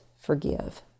forgive